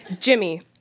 Jimmy